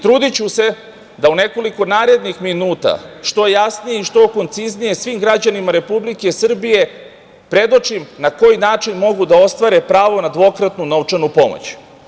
Trudiću se da u nekoliko narednih minuta što jasnije i što konciznije svim građanima Republike Srbije predočim na koji način mogu da ostvare pravo na dvokratnu novčanu pomoć.